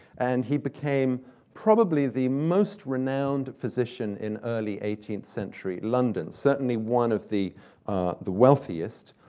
and he became probably the most renowned physician in early eighteenth century london, certainly one of the the wealthiest.